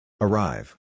Arrive